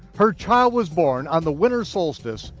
her child was born on the winter solstice,